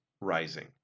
rising